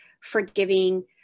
forgiving